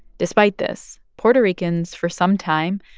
despite this, puerto ricans, for some time,